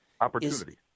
opportunity